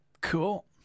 cool